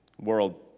world